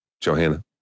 Johanna